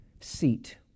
seat